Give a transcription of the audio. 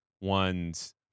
ones